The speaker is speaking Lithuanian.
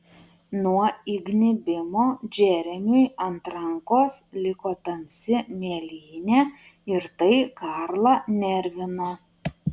nuo įgnybimo džeremiui ant rankos liko tamsi mėlynė ir tai karlą nervino